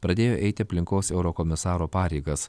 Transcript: pradėjo eiti aplinkos eurokomisaro pareigas